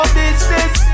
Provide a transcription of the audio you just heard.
business